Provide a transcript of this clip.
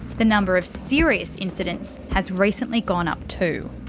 the number of serious incidents has recently gone up too.